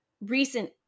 recent